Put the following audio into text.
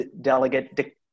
delegate